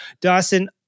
Dawson